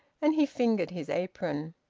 and he fingered his apron.